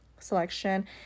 Selection